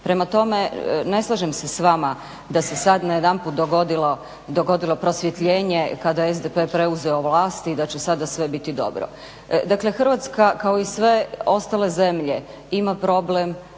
Prema tome, ne slažem se s vama da se sad najedanput dogodilo prosvjetljenje kada je SDP preuzeo vlast i da će sada sve biti dobro. Dakle, Hrvatska kao i sve ostale zemlje ima problem